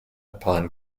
upon